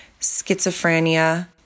schizophrenia